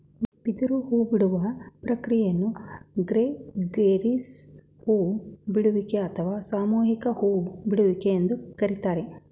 ಬಿದಿರು ಹೂಬಿಡುವ ಪ್ರಕ್ರಿಯೆಯನ್ನು ಗ್ರೆಗೇರಿಯಸ್ ಹೂ ಬಿಡುವಿಕೆ ಅಥವಾ ಸಾಮೂಹಿಕ ಹೂ ಬಿಡುವಿಕೆ ಎಂದು ಕರಿತಾರೆ